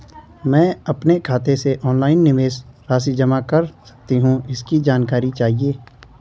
मैं अपने खाते से ऑनलाइन निवेश राशि जमा कर सकती हूँ इसकी जानकारी चाहिए?